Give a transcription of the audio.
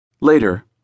Later